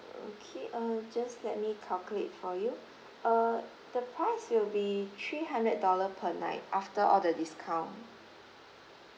okay uh just let me calculate for you uh the price will be three hundred dollar per night after all the discount